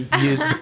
Use